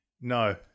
No